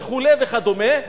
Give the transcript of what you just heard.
וכו' וכדומה,